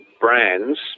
brands